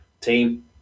team